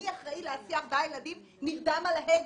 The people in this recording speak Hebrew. אחראי להסיע ארבעה ילדים וכמעט נרדם על ההגה.